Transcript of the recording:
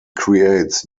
creates